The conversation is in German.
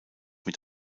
mit